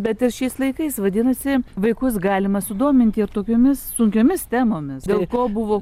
bet ir šiais laikais vadinasi vaikus galima sudominti ir tokiomis sunkiomis temomis dėl ko buvo